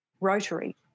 Rotary